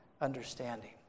understanding